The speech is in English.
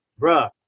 bruh